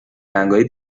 رنگای